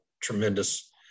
tremendous